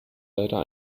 leider